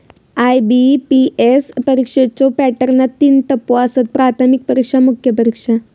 IBPS परीक्षेच्यो पॅटर्नात तीन टप्पो आसत, प्राथमिक परीक्षा, मुख्य परीक्षा